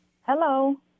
Hello